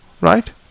right